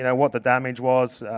and what the damage was,